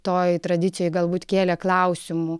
toji tradicija galbūt kėlė klausimų